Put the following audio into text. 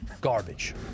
Garbage